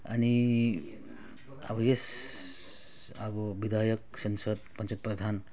अनि अब यस अब विधायक सांसद पञ्चायत प्रधान